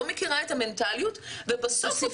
לא מכירה את המנטליות ובסוף עוד צריכה.